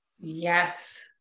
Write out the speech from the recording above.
Yes